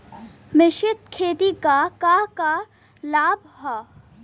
मिश्रित खेती क का लाभ ह?